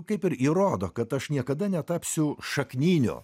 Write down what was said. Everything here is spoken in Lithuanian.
kaip ir įrodo kad aš niekada netapsiu šakniniu